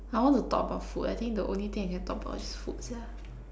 I want to talk about food I think the only thing I can talk about is food sia